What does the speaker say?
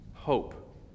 Hope